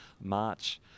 March